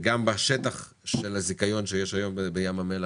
לשטח של הזיכיון שיש היום בים המלח